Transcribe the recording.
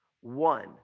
one